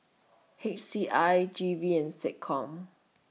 H C I G V and Seccom